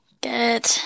Good